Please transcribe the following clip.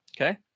Okay